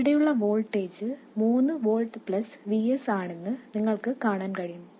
ഇവിടെയുള്ള വോൾട്ടേജ് മൂന്ന് volt plus Vs ആണെന്ന് നിങ്ങൾക്ക് കാണാൻ കഴിയും